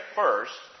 first